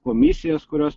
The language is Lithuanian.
komisijas kurios